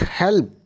help